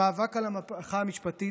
המאבק על המהפכה המשפטית,